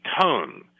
tone